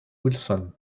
wilson